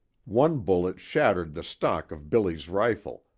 one bullet shattered the stock of billy's rifle,